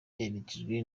yaherekejwe